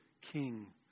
king